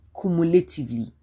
cumulatively